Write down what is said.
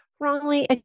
wrongly